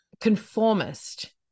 conformist